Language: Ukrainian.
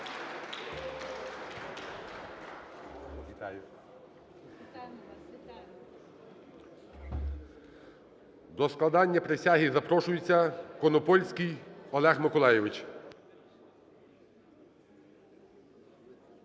До складання присяги запрошується Конопольський Олег Миколайович.